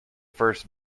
first